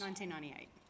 1998